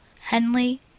henley